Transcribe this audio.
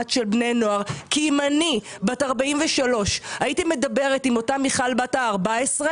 של בני נוער כי אם אני בת 43 הייתי מדברת עם אותה מיכל בת ה-14,